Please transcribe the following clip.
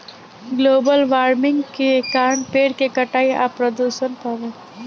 global warming के कारण पेड़ के कटाई आ प्रदूषण बावे